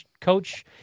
coach